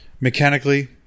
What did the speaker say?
mechanically